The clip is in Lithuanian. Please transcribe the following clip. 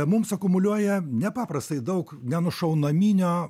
mums akumuliuoja nepaprastai daug nenušaunaminio